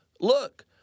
look